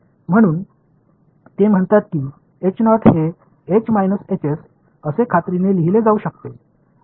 म्हणून ते म्हणतात कि हे असे खात्रीने लिहिले जाऊ शकते